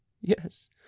Yes